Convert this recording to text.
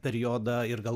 periodą ir gal